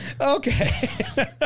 Okay